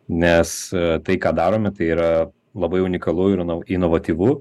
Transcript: nes tai ką darome tai yra labai unikalu ir nau inovatyvių